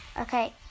okay